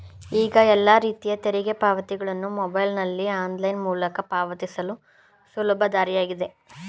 ಈಗ ಎಲ್ಲ ರೀತಿಯ ತೆರಿಗೆ ಪಾವತಿಗಳನ್ನು ಮೊಬೈಲ್ನಲ್ಲಿ ಆನ್ಲೈನ್ ಮೂಲಕ ಪಾವತಿಸಲು ಸುಲಭ ದಾರಿಯಾಗಿದೆ